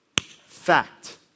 Fact